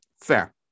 Fair